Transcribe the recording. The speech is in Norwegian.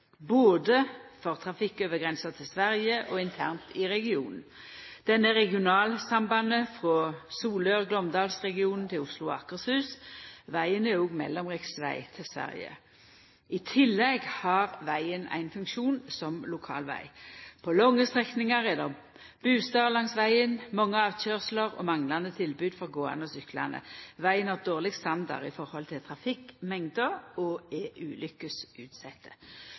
både for trafikk over grensa til Sverige og internt i regionen. Den er regionalsambandet frå Solør/Glåmdalsregionen til Oslo og Akershus. Vegen er òg mellomriksveg til Sverige. I tillegg har vegen ein funksjon som lokalveg. På lange strekningar er det bustader langs vegen, mange avkøyrsler og manglande tilbod for gåande og syklande. Vegen har dårleg standard i forhold til trafikkmengda og er